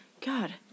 god